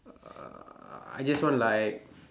uh I just want like